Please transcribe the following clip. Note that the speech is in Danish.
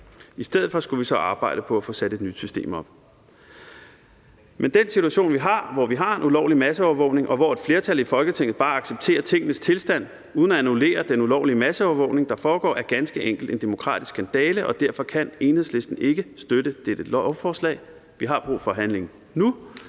I stedet for skulle vi så arbejde på at få sat et nyt system op. Men den situation, vi har, hvor vi har en ulovlig masseovervågning, og hvor et flertal i Folketinget bare accepterer tingenes tilstand uden at annullere den ulovlige masseovervågning, der foregår, er ganske enkelt en demokratisk skandale, og derfor kan Enhedslisten ikke støtte dette lovforslag. Vi har brug for handling nu.